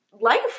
life